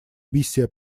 миссия